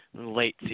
late